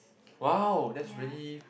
!wow! that's really